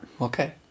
Okay